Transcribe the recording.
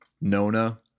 Nona